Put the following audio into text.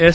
S